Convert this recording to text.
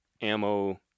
ammo